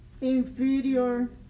inferior